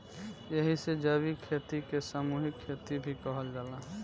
एही से जैविक खेती के सामूहिक खेती भी कहल जाला